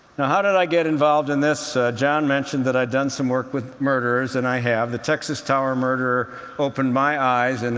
now how did i get involved in this? john mentioned that i've done some work with murderers, and i have. the texas tower murderer opened my eyes, and